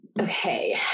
Okay